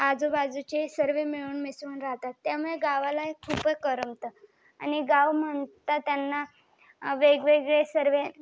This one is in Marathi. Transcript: आजूबाजूचे सर्व मिळून मिसळून राहतात त्यामुळे गावाला खूप करमतं आणि गावं म्हणतं त्यांना वेगवेगळे सर्व